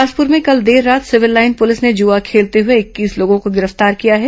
बिलासपुर में कल देर रात सिविल लाईन पुलिस ने जुआ खेलते हुए इक्कीस लोगों को गिरफ्तार किया है